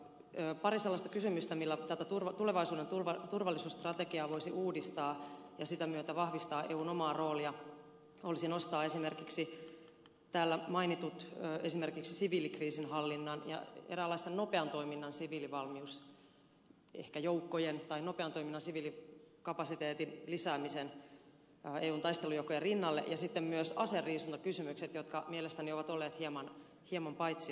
pari sellaista asiaa joilla tätä tulevaisuuden turvallisuusstrategiaa voisi uudistaa ja sitä myötä vahvistaa eun omaa roolia olisivat täällä mainittujen esimerkiksi siviilikriisinhallinnan ja eräänlaisten nopean toiminnan siviilivalmiusjoukkojen tai nopean toiminnan siviilikapasiteetin lisääminen eun taistelujoukkojen rinnalle ja sitten myös aseriisuntakysymykset jotka mielestäni ovat olleet hieman paitsiossa